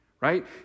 right